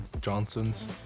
Johnson's